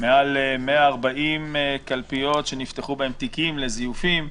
יותר מ-140 קלפיות שנפתחו בהן תיקים על זיופים.